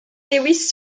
lewis